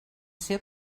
ser